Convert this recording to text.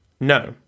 No